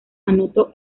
anotó